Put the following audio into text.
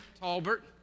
Talbert